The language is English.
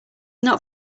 not